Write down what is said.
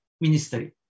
ministry